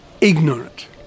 ignorant